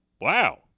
Wow